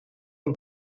ein